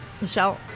Michelle